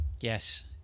Yes